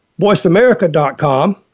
voiceamerica.com